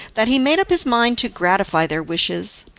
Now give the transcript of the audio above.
that he made up his mind to gratify their wishes,